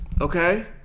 Okay